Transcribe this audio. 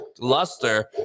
luster